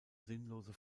sinnlose